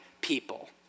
people